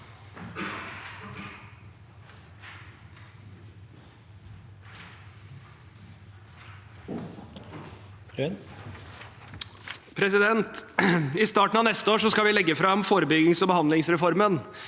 I starten av neste år skal vi legge fram forebyggings- og behandlingsreformen,